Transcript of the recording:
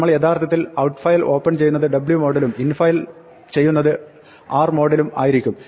നമ്മൾ യഥാർത്ഥത്തിൽ outfile open ചെയ്യുന്നത് 'w' മോഡിലും infile ഓപ്പൺ ചെയ്യുന്നത് 'r മോഡിലും ആയിരിക്കും